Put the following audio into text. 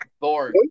Thor